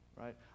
right